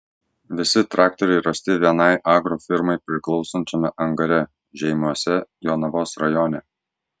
visi traktoriai rasti vienai agrofirmai priklausančiame angare žeimiuose jonavos rajone